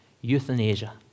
euthanasia